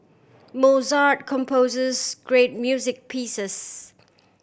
Mozart composes great music pieces